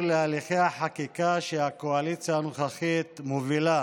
להליכי החקיקה שהקואליציה הנוכחית מובילה,